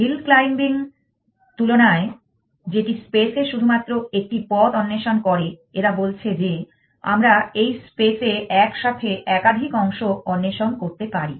hill climbing তুলনায় যেটি space এ শুধুমাত্র একটি পথ অন্বেষণ করে এরা বলছে যে আমরা এই স্পেস এ এক সাথে একাধিক অংশ অন্বেষণ করতে পারি